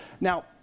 Now